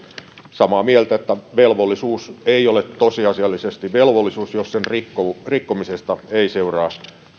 samaa mieltä että velvollisuus ei ole tosiasiallisesti velvollisuus jos sen rikkomisesta ei seuraa